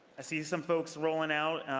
ah see some folks rolling out.